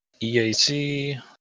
EAC